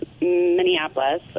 Minneapolis